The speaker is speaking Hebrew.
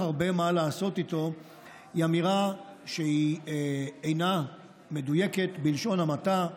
הרבה מה לעשות איתם היא אמירה שאינה מדויקת בלשון המעטה,